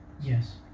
yes